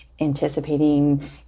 anticipating